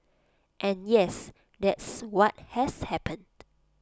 and yes that's what has happened